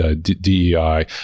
DEI